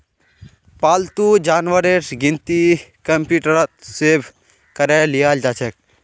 पालतू जानवरेर गिनती कंप्यूटरत सेभ करे लियाल जाछेक